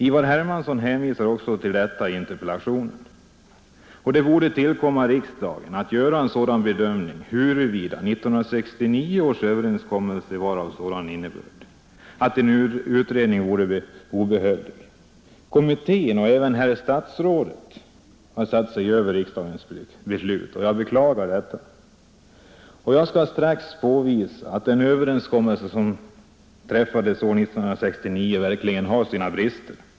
Ivar Hermansson hänvisar också till detta i interpellationen, och det borde tillkomma riksdagen att göra en bedömning huruvida 1969 års överenskommelse var av sådan innebörd att en utredning vore obehövlig. Kommittén och även herr statsrådet har satt sig över riksdagens beslut, och jag beklagar detta. Jag skall strax påvisa att den överenskommelse som träffades år 1969 verkligen har sina brister.